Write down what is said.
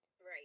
right